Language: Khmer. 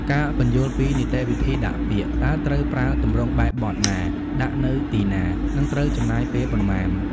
ការពន្យល់ពីនីតិវិធីដាក់ពាក្យ តើត្រូវប្រើទម្រង់បែបបទណា ដាក់នៅទីណា និងត្រូវចំណាយពេលប៉ុន្មាន។